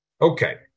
Okay